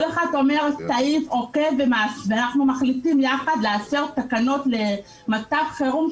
כל אחד מציין תקנה כלשהי ואנחנו מחליטים יחד לעשות תקנות למצב חירום,